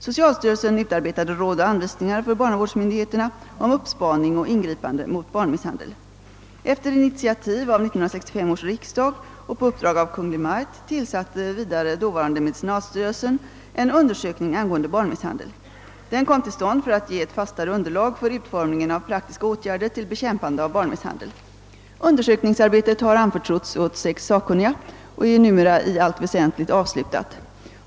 Socialstyrelsen utarbetade råd och an Efter initiativ av 1965 års riksdag och på uppdrag av Kungl. Maj:t tillsatte vidare dåvarande medicinalstyrelsen en undersökning angående barnmisshandel. Den kom till stånd för att ge ett fastare underlag för utformningen av praktiska åtgärder till bekämpande av barnmisshandel. Undersökningsarbetet har anförtrotts åt sex sakkunniga och är numera i allt väsentligt avslutat.